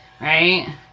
right